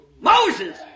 Moses